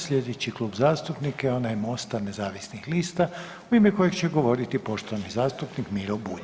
Sljedeći Klub zastupnika je onaj Mosta nezavisnih lista u ime kojeg će govoriti poštovani zastupnik Miro Bulj.